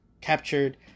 captured